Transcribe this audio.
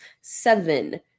seven